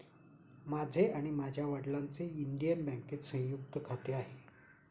माझे आणि माझ्या वडिलांचे इंडियन बँकेत संयुक्त खाते आहे